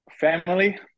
family